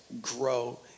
grow